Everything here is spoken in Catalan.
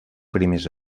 primers